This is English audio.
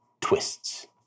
twists